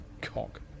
cock